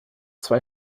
zwei